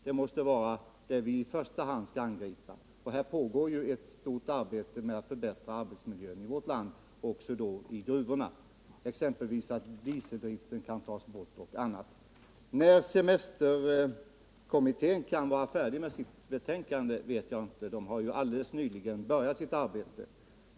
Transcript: Det måste vara det vi i första hand skall angripa, och det pågår ett stort arbete med att förbättra arbetsmiljön i vårt land, också i gruvorna — där man exempelvis vill få bort dieseldriften. Jag vet inte när semesterkommittén kan vara färdig med sitt betänkande. Den har ju helt nyligen påbörjat sitt arbete.